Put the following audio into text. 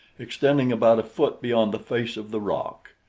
extending about a foot beyond the face of the rock,